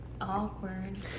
Awkward